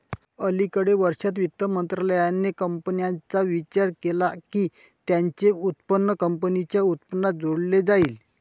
अलिकडे वर्षांत, वित्त मंत्रालयाने कंपन्यांचा विचार केला की त्यांचे उत्पन्न कंपनीच्या उत्पन्नात जोडले जाईल